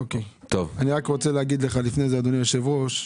אדוני היושב-ראש,